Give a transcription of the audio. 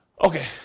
Okay